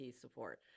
support